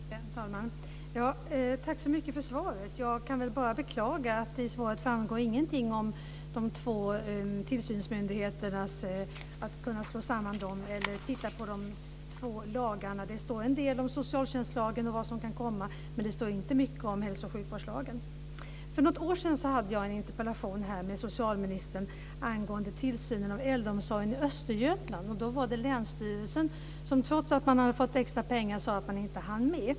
Herr talman! Tack så mycket för svaret. Jag kan bara beklaga att det i svaret framgår ingenting om att kunna slå samman de två tillsynsmyndigheterna eller att titta på de två lagarna. Det framgick en del om vad som kan komma angående socialtjänstlagen, men det framkom inte mycket om hälso och sjukvårdslagen. För något år sedan hade jag en interpellationsdebatt med socialministern angående tillsynen av äldreomsorgen i Östergötland. Trots extra pengar sade länsstyrelsen att man inte hann med.